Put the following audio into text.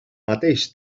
mateix